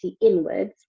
inwards